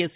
S